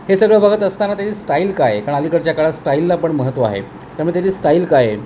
हे सगळं बघत असताना त्याची स्टाईल काय कारण अलीकडच्या काळात स्टाईलला पण महत्व आहे त्यामुळे त्याची स्टाईल काय आहे